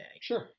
sure